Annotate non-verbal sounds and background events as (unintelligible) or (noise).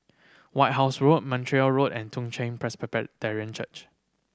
White House Road Montreal Road and Toong Chai (unintelligible) Church